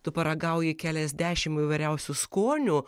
tu paragauji keliasdešimt įvairiausių skonių